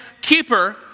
keeper